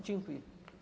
Dziękuję.